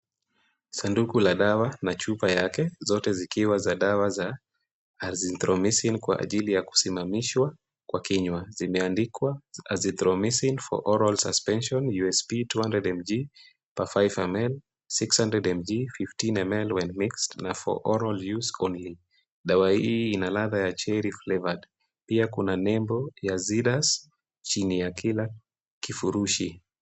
Sanduku la dawa na chupa yake, zote zikiwa za dawa za Azithromyzin kwa ajili ya kusimamishwa kwa kinywa. Zimeandikwa Azithromyzin[ cs] for oral suspension USP 200mg per 5ml,600mg 15 ml when mixed na for oral use only .Dawa hii ina ladha ya cherry flavoured. Pia kuna nembo ya Zedus chini ya kila kifurushi.